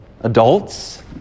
adults